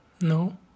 no